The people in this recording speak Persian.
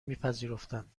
میپذیرفتند